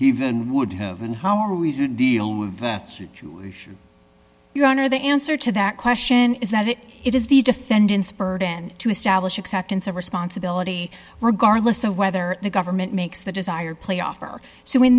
even would have been how are we to deal with that situation you don't or the answer to that question is that it it is the defendant's burden to establish acceptance of responsibility regardless of whether the government makes the desired play off or so in